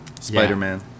Spider-Man